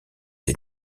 des